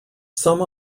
some